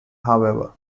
however